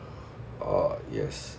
uh yes